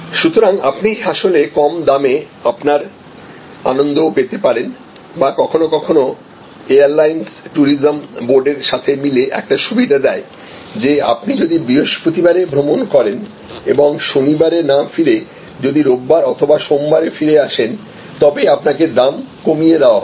সুতরাং আপনি আসলে কম দামে আপনার আনন্দ পেতে পারেন বা কখনও কখনও এয়ারলাইনস ট্যুরিজম বোর্ডের সাথে মিলে একটি সুবিধা দেয় যে আপনি যদি বৃহস্পতিবার ভ্রমণ করেন এবং শনিবার না ফিরে যদি রবিবার অথবা সোমবার ফিরে আসেন তবে আপনাকে দাম কমিয়ে দেওয়া হবে